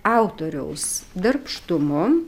autoriaus darbštumu